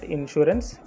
Insurance